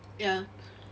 ya